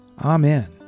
Amen